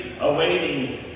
awaiting